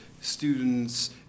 students